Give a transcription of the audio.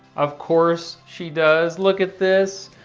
of course she does. look at this.